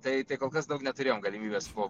tai tai kol kas daug neturėjom galimybės po